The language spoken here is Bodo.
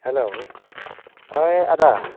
हेल' ओइ आदा